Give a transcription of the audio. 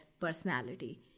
personality